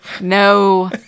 No